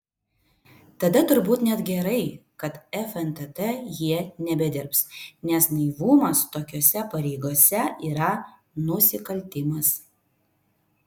tada turbūt net gerai kad fntt jie nebedirbs nes naivumas tokiose pareigose yra nusikaltimas